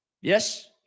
Yes